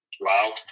Wow